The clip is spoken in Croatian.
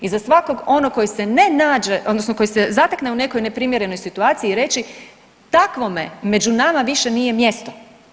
I za svakog onog koji se ne nađe odnosno koji se zatekne u nekoj neprimjerenoj situaciji i reći takvome među nama više nije mjesto.